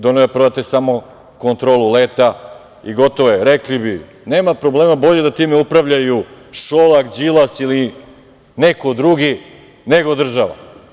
Dovoljno je da prodate samo Kontrolu leta i rekli bi – nema problema, bolje da time upravljaju Šolak, Đilas ili neko drugi nego država.